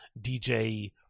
DJ